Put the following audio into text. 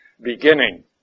beginning